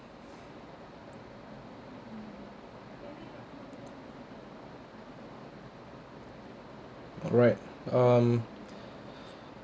right um